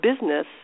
business